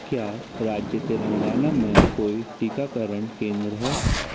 क्या राज्य तेलंगाना में कोई टीकाकरण केंद्र है